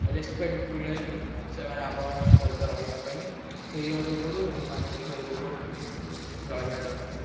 respect ମିଳେନି ସେମାନେ ଆମ ମାନଙ୍କ ସହିତ ରହିବା ପାଇଁ ସେଇୟା ଯୋଗୁରୁ ମାନସିକ ଯୋଗ ରହିବା ଦରକାର